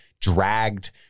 dragged